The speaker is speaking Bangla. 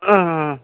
হ্যাঁ হ্যাঁ